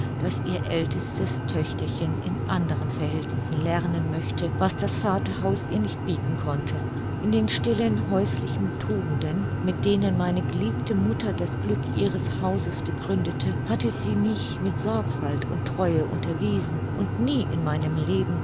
daß ihr ältestes töchterchen in anderen verhältnissen lernen möchte was das vaterhaus ihr nicht bieten konnte in den stillen häuslichen tugenden mit denen meine geliebte mutter das glück ihres hauses begründete hatte sie mich mit sorgfalt und treue unterwiesen und nie in meinem leben